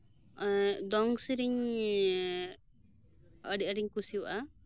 ᱫᱚᱝ ᱥᱤᱨᱤᱧ ᱟᱹᱰᱤ ᱟᱸᱴ ᱤᱧ ᱠᱩᱥᱤᱭᱟᱜ ᱟ